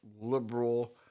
liberal